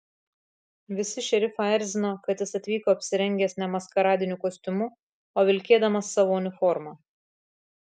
visi šerifą erzino kad jis atvyko apsirengęs ne maskaradiniu kostiumu o vilkėdamas savo uniformą